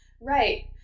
Right